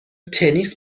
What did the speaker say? تنیس